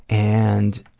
and